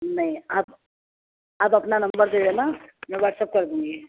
نہیں آپ آپ اپنا نمبر دے دینا میں واٹسپ کر دوں گی